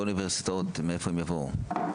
מאיפה הם יבואו?